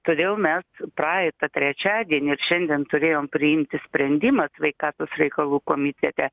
todėl mes praeitą trečiadienį ir šiandien turėjom priimti sprendimą sveikatos reikalų komitete